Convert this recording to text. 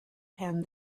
him